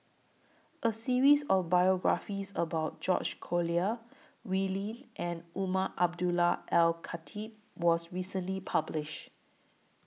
A series of biographies about George Collyer Wee Lin and Umar Abdullah Al Khatib was recently published